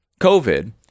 COVID